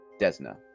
Desna